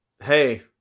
hey